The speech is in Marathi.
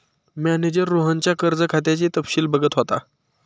मॅनेजर रोहनच्या कर्ज खात्याचे तपशील बघत होता